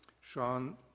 Sean